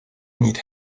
need